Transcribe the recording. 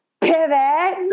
pivot